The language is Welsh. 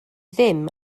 ddim